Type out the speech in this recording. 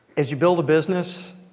as you build a business,